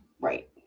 Right